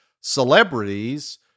celebrities